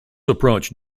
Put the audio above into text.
approach